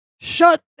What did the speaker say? shut